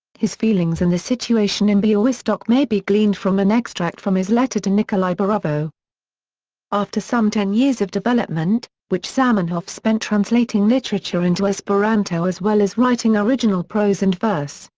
his feelings and the situation in bialystok may be gleaned from an extract from his letter to nikolai borovko after some ten years of development, which zamenhof spent translating literature into esperanto as well as writing original prose and verse,